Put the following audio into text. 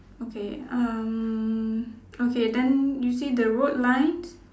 okay um okay then you see the road lines